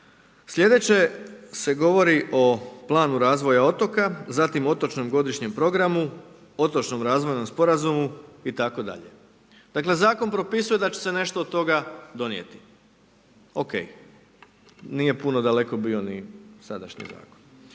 Sljedeće se govori o planu razvoja otoka, zatim otočnom godišnjem programu, otočnom razvojnom sporazumu itd. dakle zakon propisuje da će se nešto od toga donijeti, ok. Nije puno daleko bio ni sadašnji zakon.